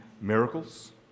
miracles